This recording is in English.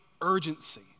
Urgency